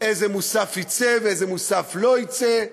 איזה מוסף יצא ואיזה מוסף לא יצא,